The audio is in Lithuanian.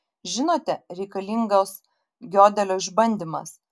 žinote reikalingas giodelio išbandymas